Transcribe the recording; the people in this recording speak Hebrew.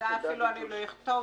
זה אפילו לא אכתוב.